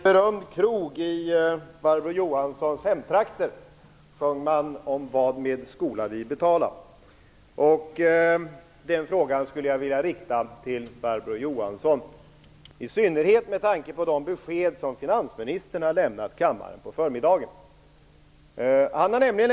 Herr talman! På en berömd krog i Barbro Johanssons hemtrakter sjöng man: Varmed skola vi betala? Den frågan skulle jag vilja rikta till Barbro Johansson, i synnerhet med tanke på de besked som finansministern på förmiddagen lämnade kammaren.